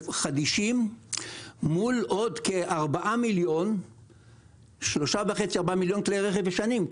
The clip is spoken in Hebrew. חדישים מול עוד כ-3 עד 4.5 מיליון כלי רכב ישנים,